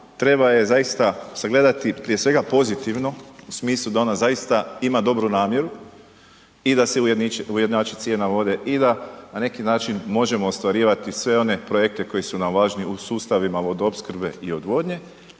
treba je zaista zagledati prije svega pozitivno u smislu da ona zaista ima dobru namjeru i da se ujednači cijena vode i da na neki način možemo ostvarivati sve one projekte koji su nam važni u sustavima vodoopskrbe i odvodnje